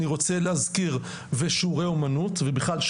אני רוצה להזכיר ושיעורי אומנות ובכלל,